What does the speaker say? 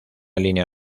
línea